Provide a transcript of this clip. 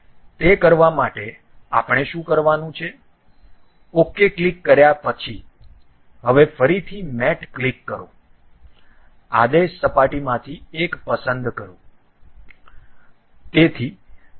તે કરવા માટે આપણે શું કરવાનું છે OK ક્લિક કર્યા પછી હવે ફરીથી મેટ ક્લિક કરો આદેશ સપાટીમાંથી એક પસંદ કરે છે